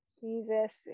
Jesus